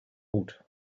mut